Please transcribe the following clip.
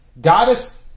Goddess